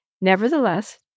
Nevertheless